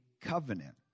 covenant